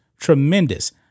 tremendous